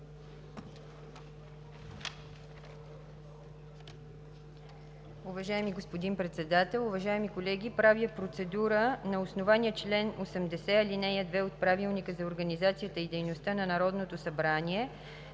Уважаеми господин Председател, уважаеми колеги, правя процедура на основание чл. 80, ал. 2 от Правилника за организацията и дейността на Народното събрание